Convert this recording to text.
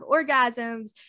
orgasms